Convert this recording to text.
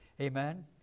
amen